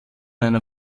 einer